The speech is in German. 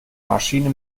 maschine